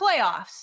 playoffs